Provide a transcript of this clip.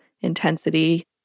intensity